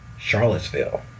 Charlottesville